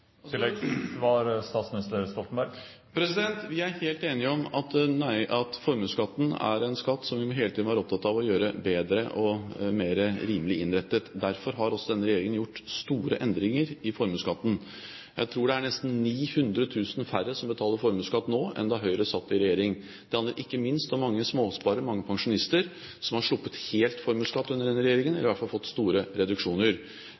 Vi er helt enige om at formuesskatten er en skatt som vi hele tiden må være opptatt av å gjøre bedre og mer rimelig innrettet. Derfor har også denne regjeringen gjort store endringer i formuesskatten. Jeg tror det er nesten 900 000 færre som betaler formuesskatt nå enn da Høyre satt i regjering. Det handler ikke minst om mange småsparere og mange pensjonister, som helt har sluppet formuesskatt under denne regjeringen, eller som i hvert fall har fått store reduksjoner.